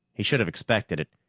he should have expected it.